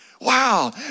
Wow